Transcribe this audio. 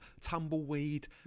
tumbleweed